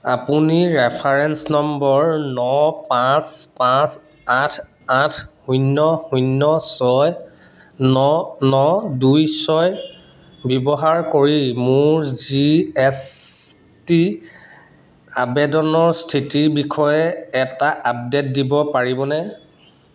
আপুনি reference number ন পাঁচ পাঁচ আঠ আঠ শূন্য শূন্য ছয় ন ন দুই ছয় ব্যৱহাৰ কৰি মোৰ জি এছ টি আবেদনৰ স্থিতিৰ বিষয়ে এটা আপডেট দিব পাৰিবনে